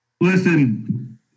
Listen